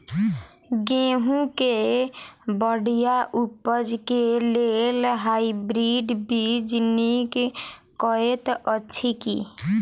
गेंहूँ केँ बढ़िया उपज केँ लेल हाइब्रिड बीज नीक हएत अछि की?